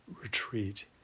retreat